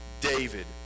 david